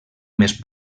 més